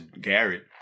Garrett